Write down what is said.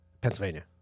Pennsylvania